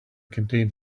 contained